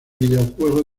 videojuego